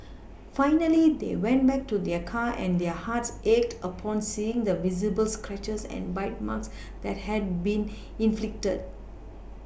finally they went back to their car and their hearts ached upon seeing the visible scratches and bite marks that had been inflicted